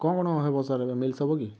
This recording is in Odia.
କ'ଣ କ'ଣ ହେବ ସାର୍ ଏବେ ମିଲ୍ସ ହବ କି